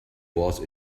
was